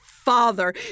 father